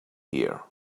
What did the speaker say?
here